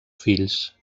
fills